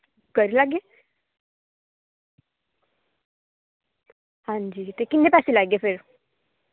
ते करी लैगे आं जदी ते किन्नै पैसे लैगे फिर